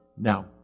Now